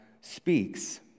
speaks